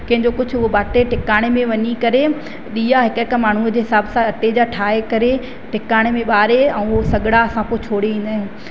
कंहिंजो कुझु उहो बांटे टिकाणे में वञी करे ॾीआ हिकु हिकु माण्हू जे हिसाब सां अटे जा ठाहे करे टिकाणे में ॿारे ऐं उहो सॻड़ा असां पोइ छोड़ींदा आहियूं